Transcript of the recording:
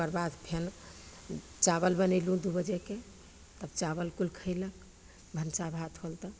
ओकर बाद फेर चावल बनेलहुँ दुइ बजेके तब चावल कुल खएलक भनसा भात होल तऽ